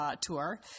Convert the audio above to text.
tour